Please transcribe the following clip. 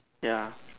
ya